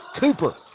Cooper